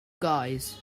guys